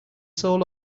soul